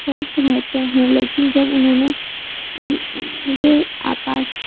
वश रहते हैं लेकिन जब उन्होंने वह आकाश